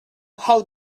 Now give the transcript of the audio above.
how